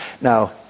Now